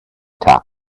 top